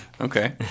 Okay